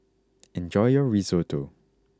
enjoy your Risotto